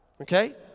Okay